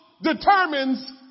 Determines